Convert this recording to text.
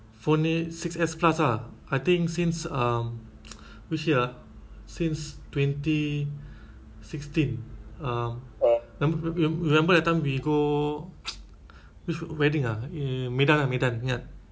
phone ni six S plus ah I think since um which year ah since twenty sixteen uh remem~ remember that time we go which wedding ah medan ah medan ingat